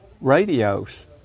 radios